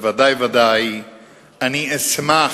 ובוודאי ובוודאי אני אשמח